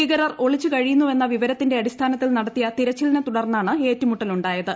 ഭീകരർ ഒളിച്ചു കഴിയുന്നുവെന്ന വിവരത്തിന്റെ അടിസ്ഥാനത്തിൽ നടത്തിയ തിരച്ചിലിനെ തുടർന്നാണ് ഏറ്റുമുട്ടലുണ്ടായത്